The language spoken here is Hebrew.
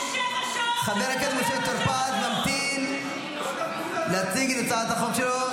חבר הכנסת טור פז ממתין להציג את הצעת החוק שלו.